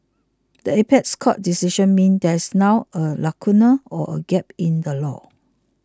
the apex court's decision means there is now a lacuna or a gap in the law